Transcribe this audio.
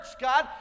God